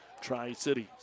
Tri-Cities